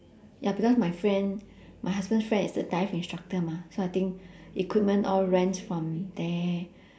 ya because my friend my husband friend is a dive instructor mah so I think equipment all rent from there